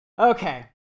Okay